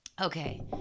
okay